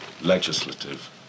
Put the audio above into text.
legislative